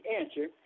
answer